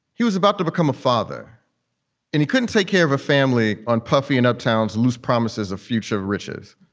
he was about to become a father and he couldn't take care of a family on puffing and up town's loose promises of future riches.